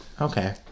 Okay